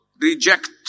reject